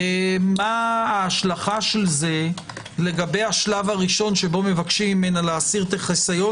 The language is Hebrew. מה ההשלכה של זה לגבי השלב הראשון שבו מבקשים ממנה להסיר את החיסיון